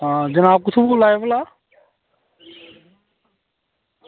हां जनाब कुत्थां बोला दे भला